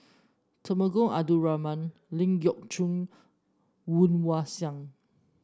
Temenggong Abdul Rahman Ling Geok Choon Woon Wah Siang